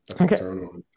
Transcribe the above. okay